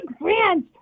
friends